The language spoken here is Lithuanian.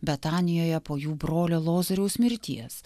betanijoje po jų brolio lozoriaus mirties